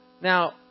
now